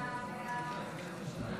ההצעה